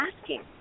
asking